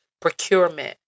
procurement